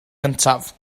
gyntaf